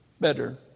better